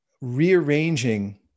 rearranging